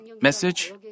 message